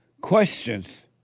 questions